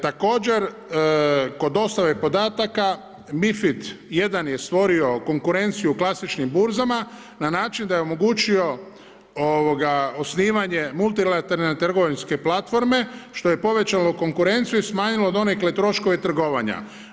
Također, kod dostave podataka MiFID 1 je stvorio konkurenciju klasičnim burzama, na način da je omogućio osnivanja multilateralne trgovinske platforme, što je povećalo konkurenciju i smanjilo donekle troškove trgovanja.